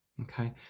okay